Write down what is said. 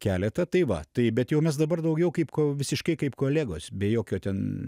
keletą tai va tai bet jau mes dabar daugiau kaip visiškai kaip kolegos be jokio ten